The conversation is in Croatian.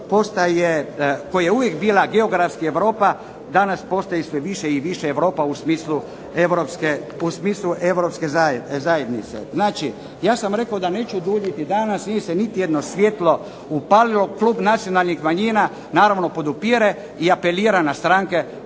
koja je uvijek bila geografski Europa danas postaje sve više i više Europa u smislu Europske zajednice. Znači, ja sam rekao da neću duljiti danas. Nije se niti jedno svjetlo upalilo. Klub nacionalnih manjina naravno podupire i apelira na stranke